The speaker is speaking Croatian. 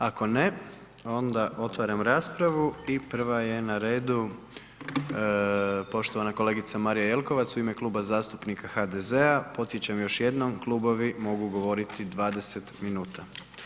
Ako ne, onda otvaram raspravu i prva je na redu poštovana kolegica Marija Jelkovac u ime Kluba zastupnika HDZ-a. podsjećam još jednom, klubovi mogu govoriti 20 minuta.